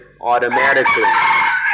automatically